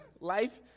life